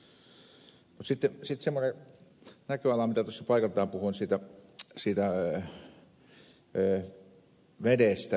sitten semmoinen näköala mitä tuossa paikaltaan puhuin siitä vedestä yleensä